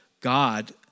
God